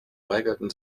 weigerten